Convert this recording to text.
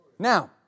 Now